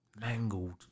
mangled